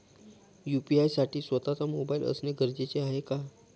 UPI साठी स्वत:चा mobile असणे गरजेचे आहे का?